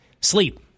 sleep